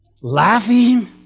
Laughing